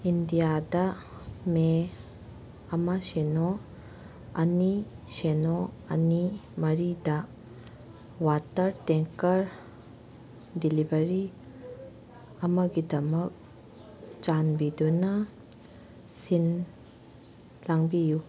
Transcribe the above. ꯏꯟꯗꯤꯌꯥꯗ ꯃꯦ ꯑꯃ ꯁꯤꯅꯣ ꯑꯅꯤ ꯁꯤꯅꯣ ꯑꯅꯤ ꯃꯔꯤꯗ ꯋꯥꯇꯔ ꯇꯦꯡꯀꯔ ꯗꯤꯂꯤꯕꯔꯤ ꯑꯃꯒꯤꯗꯃꯛ ꯆꯥꯟꯕꯤꯗꯨꯅ ꯁꯤꯟ ꯂꯥꯡꯕꯤꯎ